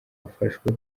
afashwe